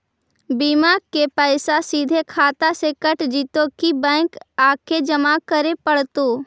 बिमा के पैसा सिधे खाता से कट जितै कि बैंक आके जमा करे पड़तै?